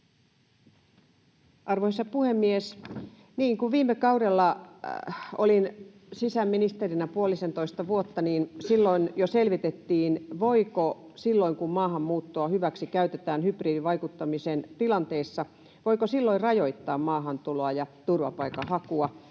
Arvoisa puhemies! Kun viime kaudella olin sisäministerinä puolisentoista vuotta, niin silloin jo selvitettiin, voiko silloin, kun maahanmuuttoa hyväksikäytetään hybridivaikuttamisen tilanteissa, rajoittaa maahantuloa ja turvapaikanhakua,